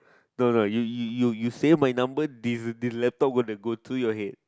no no you you you you save my number the the laptop gonna go through your head